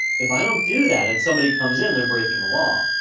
if i don't do that and somebody comes in, they're breaking the law.